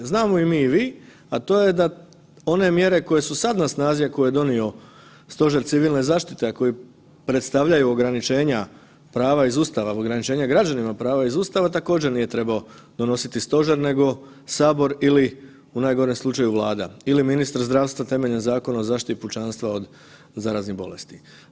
Znamo i mi i vi, a to je da one mjere koje su sad na snazi, a koje je donio Stožer civilne zaštite, a koje predstavljaju ograničenja prava iz Ustava, ograničenja građanima prava iz Ustava, također nije trebao donositi stožer nego sabor ili u najgorem slučaju Vlada ili ministri zdravstva temeljem Zakona o zaštiti pučanstva od zaraznih bolesti.